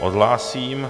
Odhlásím.